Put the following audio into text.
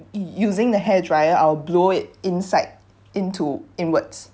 using the hair dryer I'll blow it inside into inwards